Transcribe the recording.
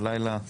הלילה,